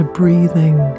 breathing